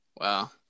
Wow